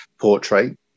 portrait